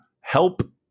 help